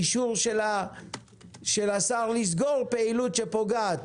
אישור של השר לסגור פעילות שפוגעת.